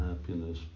happiness